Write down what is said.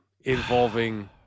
involving